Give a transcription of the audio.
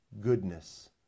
goodness